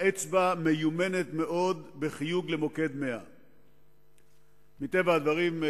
האצבע מיומנת מאוד בחיוג למוקד 100. מטבע הדברים,